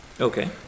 Okay